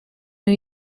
new